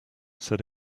said